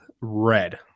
red